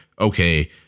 okay